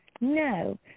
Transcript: No